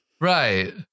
Right